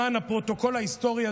למען הפרוטוקול ההיסטורי,